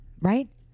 right